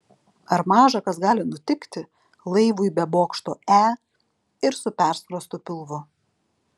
ar maža kas gali nutikti laivui be bokšto e ir su perskrostu pilvu